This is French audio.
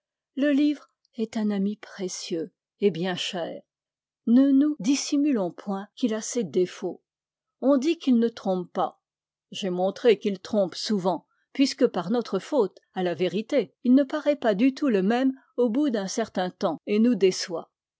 le livre est un ami précieux et bien cher ne nous dissimulons point qu'il a ses défauts on a dit qu'il ne trompe pas j'ai montré qu'il trompe souvent puisque par notre faute à la vérité il ne paraît pas du tout le même au bout d'un certain temps et nous déçoit